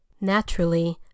Naturally